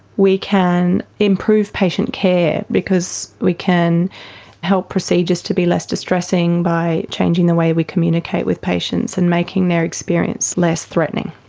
we can improve patient care because we can help procedures to be less distressing by changing the way we communicate with patients and making their experience less threatening.